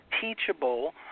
teachable